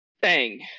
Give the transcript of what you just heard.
bang